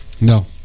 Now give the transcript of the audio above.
No